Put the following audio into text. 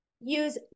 use